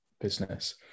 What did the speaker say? business